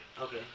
Okay